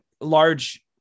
large